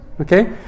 Okay